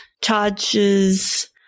charges